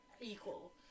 equal